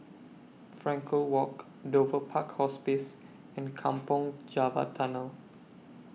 Frankel Walk Dover Park Hospice and Kampong Java Tunnel